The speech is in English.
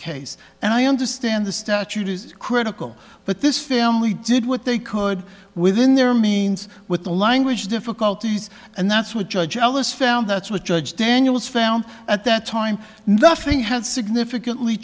case and i understand the statute is critical but this film only did what they could within their means with the language difficulties and that's what judge ellis found that's what judge daniels found at that time nothing had significantly